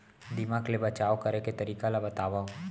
दीमक ले बचाव करे के तरीका ला बतावव?